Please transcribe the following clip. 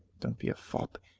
don't be a fop.